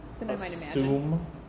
assume